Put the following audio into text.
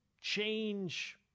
change